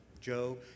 joe